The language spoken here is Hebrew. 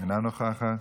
אינה נוכחת.